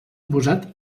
oposat